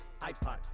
iPod